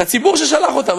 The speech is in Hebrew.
את הציבור ששלח אותם,